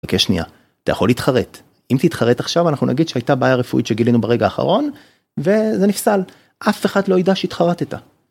חכה שנייה, אתה יכול להתחרט, אם תתחרט עכשיו אנחנו נגיד שהייתה בעיה רפואית שגילינו ברגע האחרון וזה נפסל, אף אחד לא ידע שהתחרטת.